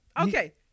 Okay